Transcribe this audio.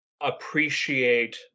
appreciate